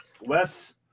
Wes